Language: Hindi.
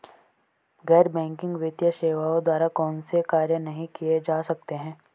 गैर बैंकिंग वित्तीय सेवाओं द्वारा कौनसे कार्य नहीं किए जा सकते हैं?